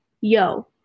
yo